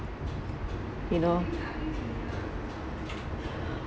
you know